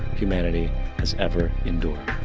humanity has ever endured.